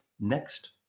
next